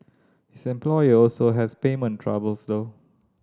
his employer also has payment troubles though